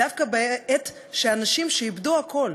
דווקא בעת שאנשים איבדו הכול.